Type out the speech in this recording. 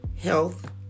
health